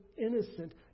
innocent